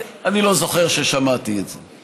אני לא זוכר ששמעתי את זה,